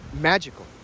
magical